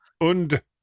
Und